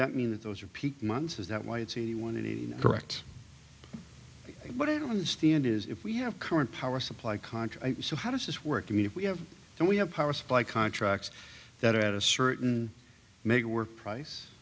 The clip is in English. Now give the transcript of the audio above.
that mean that those are peak months is that why it's the one in the correct but i don't understand is if we have current power supply contract so how does this work i mean if we have and we have power supply contracts that are at a certain make it work price